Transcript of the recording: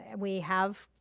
and we have,